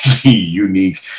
unique